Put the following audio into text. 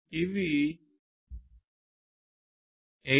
ఇవి 802